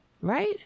Right